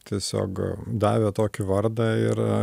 tiesiog davė tokį vardą ir